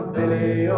Billy